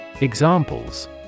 Examples